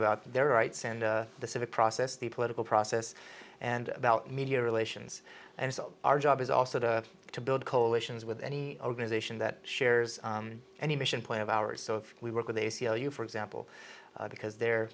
about their rights and the civic process the political process and about media relations and so our job is also to to build coalitions with any organization that shares any mission point of ours so we work with a c l u for example because their